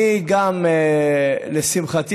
לשמחתי,